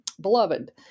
Beloved